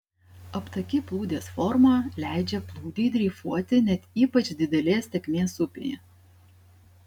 aptaki plūdės forma leidžia plūdei dreifuoti net ypač didelės tėkmės upėje